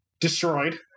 destroyed